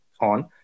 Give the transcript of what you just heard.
on